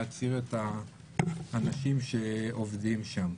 להצעיר את האנשים שעובדים שם.